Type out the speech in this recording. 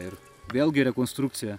ir vėlgi rekonstrukcija